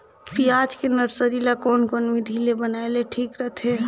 पियाज के नर्सरी ला कोन कोन विधि ले बनाय ले ठीक रथे?